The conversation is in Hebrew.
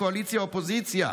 קואליציה או אופוזיציה.